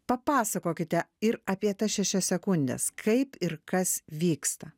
papasakokite ir apie tas šešias sekundes kaip ir kas vyksta